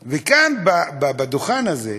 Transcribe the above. וכאן, בדוכן הזה,